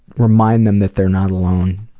remind them that they're not alone.